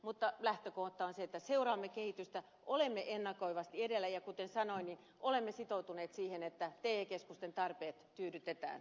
mutta lähtökohta on se että seuraamme kehitystä olemme ennakoivasti edellä ja kuten sanoin olemme sitoutuneet siihen että te keskusten tarpeet tyydytetään